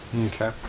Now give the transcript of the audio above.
Okay